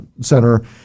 Center